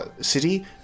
city